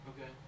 Okay